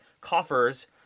coffers